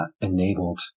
enabled